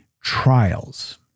trials